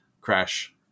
crash